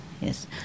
yes